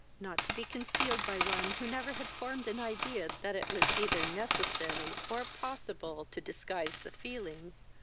not to be concealed by one who never had formed an idea that it was either necessary or possible to disguise the feelings,